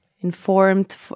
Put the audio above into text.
informed